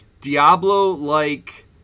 Diablo-like